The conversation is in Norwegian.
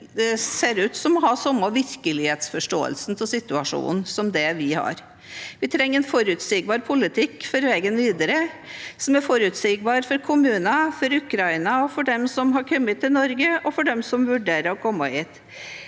ser ut til å ha samme virkelighetsforståelse av situasjonen som vi har. Vi trenger en forutsigbar politikk for veien videre – som er forutsigbar for kommunene, for Ukraina, for dem som har kommet til Norge, og for dem som vurderer å komme hit.